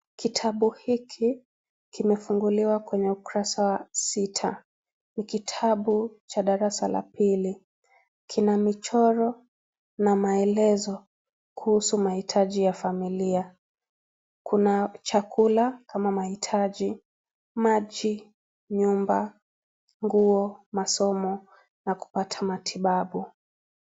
Kitabu hiki, kimefunguliwa kwenye ukurasa wa sita. Ni kitabu cha darasa la pili. Kina michoro na maelezo kuhusu mahitaji ya familia. Kuna chakula kama mahitaji, maji, nyumba, nguo, masomo na kupata matibabu.